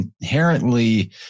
inherently